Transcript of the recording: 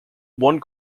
one